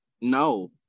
no